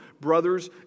brothers